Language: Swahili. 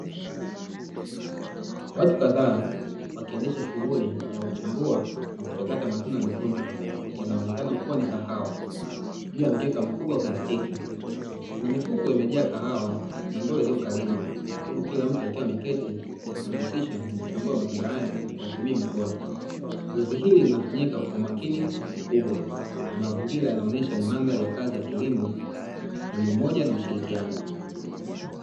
Watu kadhaa wakiendesha shughuli ya kuchambua na kuchakata matunda mekundu yanaonekana kuwa ni kahawa. Juu ya mkeka mkubwa wa plastiki kuna mifuko iliyojaa kahawa na ndoo iliyokaribu huku kila mtu akiwa ameketi na kujihusisha na kuchambua matunda hayo kwa kutumia mkono. Zoezi hili linafanyika kwa umakini mkubwa na mazingira yanaonyesha ni mandhari ya kazi ya kilimo yenye umoja na ushirikiano.